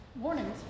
warnings